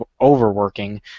overworking